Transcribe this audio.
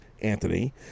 Anthony